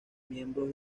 miembros